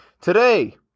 Today